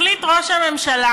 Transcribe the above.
החליט ראש הממשלה,